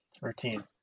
routine